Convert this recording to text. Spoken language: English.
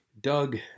Doug